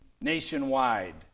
nationwide